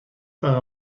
were